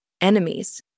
enemies